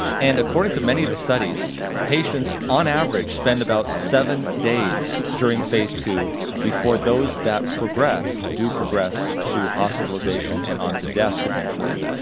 and according to many of the studies, patients on average spend about seven days during phase two before those that progress do progress to hospitalization and on to death potentially,